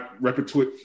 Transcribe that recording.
repertoire